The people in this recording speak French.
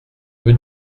rue